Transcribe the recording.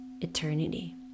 eternity